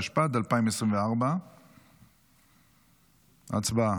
התשפ"ד 2024. הצבעה.